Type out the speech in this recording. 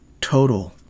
total